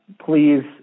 Please